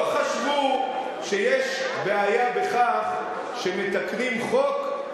לא חשבו שיש בעיה בכך שמתקנים חוק,